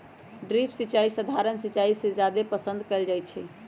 drip सिंचाई सधारण सिंचाई से जादे पसंद कएल जाई छई